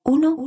Uno